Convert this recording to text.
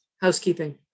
Housekeeping